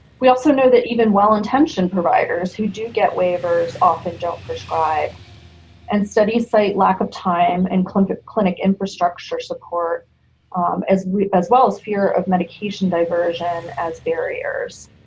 we also know that even well-intentioned providers who do get waivers often don't prescribe and studies cite lack of time and clinic clinic infrastructure support as as well as fear of medication diversion as barriers.